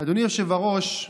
אדוני היושב-ראש,